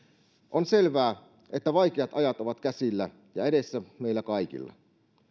on selvää että vaikeat ajat ovat käsillä ja edessä meillä kaikilla